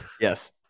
Yes